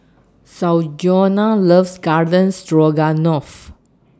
Sanjuana loves Garden Stroganoff